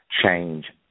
change